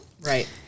right